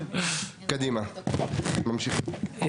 קדימה, ממשיכים.